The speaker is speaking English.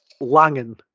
Langen